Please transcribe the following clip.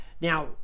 Now